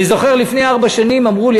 אני זוכר לפני ארבע שנים אמרו לי,